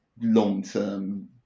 long-term